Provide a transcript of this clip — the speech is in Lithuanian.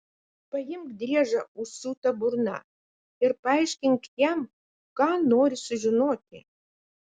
paimk driežą užsiūta burna ir paaiškink jam ką nori sužinoti